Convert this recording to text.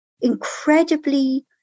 incredibly